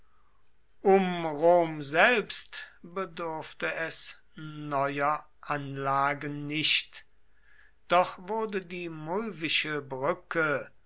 rom selbst bedurfte es neuer anlagen nicht doch wurde die mulvische brücke